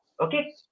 Okay